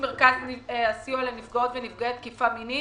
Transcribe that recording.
מרכז הסיוע לנפגעות ונפגעי תקיפה מינית,